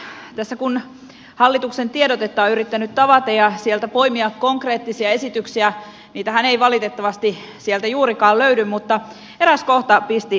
tässä kun hallituksen tiedotetta on yrittänyt tavata ja sieltä poimia konkreettisia esityksiä niitähän ei valitettavasti sieltä juurikaan löydy mutta eräs kohta pisti silmääni